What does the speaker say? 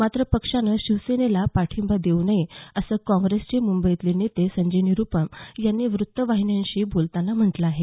मात्र पक्षानं शिवसेनेला पाठिंबा देऊ नये असं काँग्रेसचे मुंबईतले नेते संजय निरुपम यांनी वृत्तवाहिन्यांशी बोलताना म्हटलं आहे